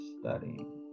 studying